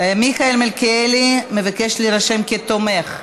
מיכאל מלכיאלי מבקש להירשם כתומך.